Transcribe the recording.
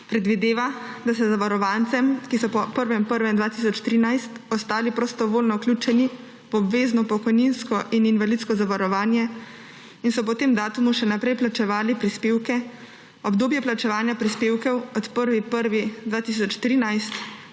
predvideva, da se zavarovancem, ki so po 1. 1. 2013 ostali prostovoljno vključeni v obvezno pokojninsko in invalidsko zavarovanje in so po tem datumu še naprej plačevali prispevke, obdobje plačevanja prispevkov od 1. 1. 2013